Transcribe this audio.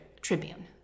tribune